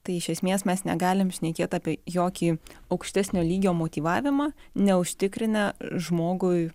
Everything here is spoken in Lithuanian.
tai iš esmės mes negalim šnekėt apie jokį aukštesnio lygio motyvavimą neužtikrinę žmogui